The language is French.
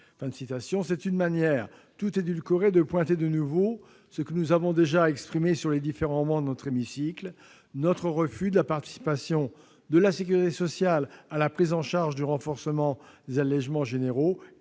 C'est une manière édulcorée de pointer à nouveau ce que nous avons déjà affirmé dans les différentes travées de notre hémicycle : notre refus de la participation de la sécurité sociale à la prise en charge du renforcement des allégements généraux